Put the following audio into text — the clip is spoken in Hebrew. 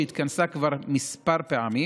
שהתכנסה כבר כמה פעמים